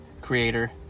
creator